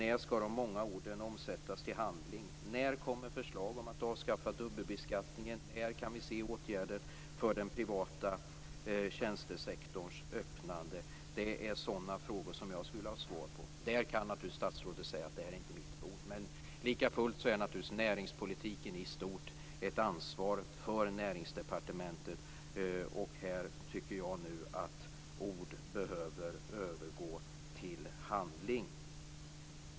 När skall de många orden omsättas till handling? När kommer förslag om att avskaffa dubbelbeskattningen? När kan vi se åtgärder för den privata tjänstesektorns öppnande? Det är sådana frågor som jag vill ha svar på. Statsrådet kan naturligtvis säga att detta inte är hans bord, men likafullt är näringspolitiken i stort ett ansvar för Näringsdepartementet. Här behöver ord övergå till handling.